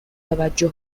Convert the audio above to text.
توجه